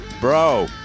Bro